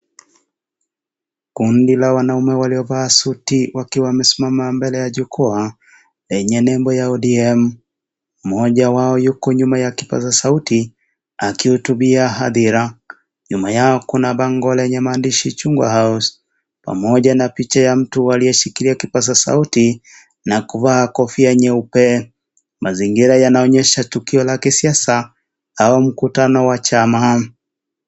Kundi la wanaume waliovaa suti wakiwa wamesimama mbele ya jukwaa yenye nembo ya ODM . Mmoja wao ako nyuma ya kipaza sauti akihutubia hadhira nyuma yao kuna bango lenye maandishi chungwa house pamoja na picha ya mtu aliyeshikilia kipaza sauti na kuvaa kofia nyeupe. Mazingira linaonyesha tukio la kisiasa au mkutano wa chama.